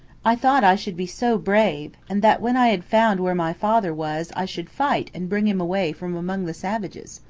i thought i should be so brave, and that when i had found where my father was i should fight and bring him away from among the savages.